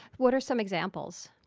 what are some examples?